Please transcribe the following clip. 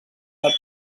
del